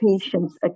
patients